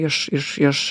iš iš iš